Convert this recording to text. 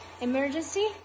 emergency